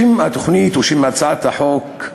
שם התוכנית או שם הצעת החוק: